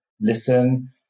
listen